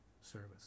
Service